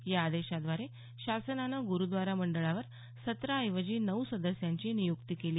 या आदेशाद्वारे शासनानं गुरूद्वारा मंडळावर सतरा ऐवजी नऊ सदस्यांची नियुक्ती केली